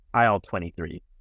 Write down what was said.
IL-23